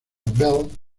bell